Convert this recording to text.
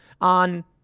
on